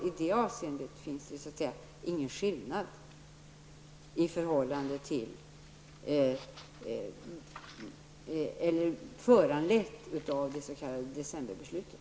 I det avseendet finns det ingen skillnad föranlett av det s.k. decemberbeslutet.